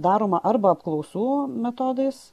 daroma arba apklausų metodais